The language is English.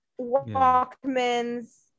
walkmans